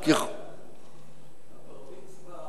כי חובת המימון